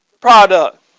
product